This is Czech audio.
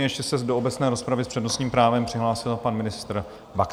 Ještě se do obecné rozpravy s přednostním právem přihlásil pan ministr Baxa.